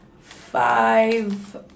five